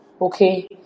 okay